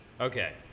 Okay